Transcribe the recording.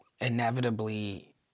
Inevitably